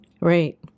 Right